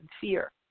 fear